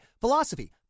philosophy